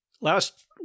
Last